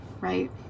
right